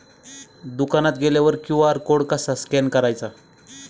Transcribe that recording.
दुकानात गेल्यावर QR code कसा स्कॅन करायचा?